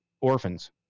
orphans